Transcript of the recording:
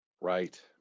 Right